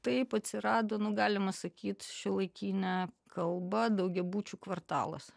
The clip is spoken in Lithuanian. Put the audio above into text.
taip atsirado nu galima sakyt šiuolaikine kalba daugiabučių kvartalas